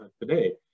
today